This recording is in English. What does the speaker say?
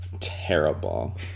terrible